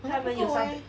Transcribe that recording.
好像不够 eh